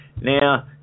now